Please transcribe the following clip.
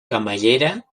camallera